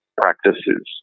practices